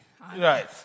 Right